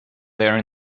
there